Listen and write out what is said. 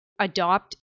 adopt